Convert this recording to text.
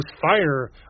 Fire